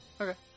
Okay